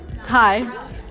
Hi